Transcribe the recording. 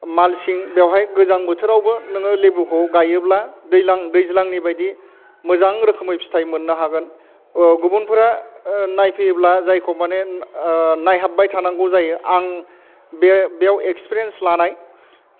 मालसिं बेवहाय गोजां बोथोरावबो नोङो लेबुखौ गायोब्ला दैलां दैज्लांनि बादि मोजां रोखोमै फिथाइ मोननो हागोन गुबुनफोरा नायफैयोब्ला जायखौ माने नायहाबबाय थानांगौ जायो आं बे बेयाव एक्सपिरियेन्स लानाय